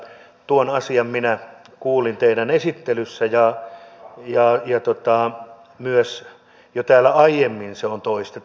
tuon asian minä kuulin teidän esittelyssänne ja myös jo täällä aiemmin se on toistettu